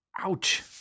Ouch